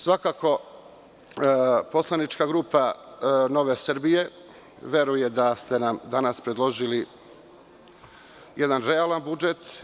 Svakako, poslanička grupa Nove Srbije veruje da ste nam danas predložili jedan realan budžet.